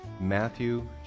Matthew